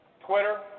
Twitter